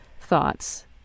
thoughts